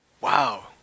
Wow